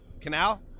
Canal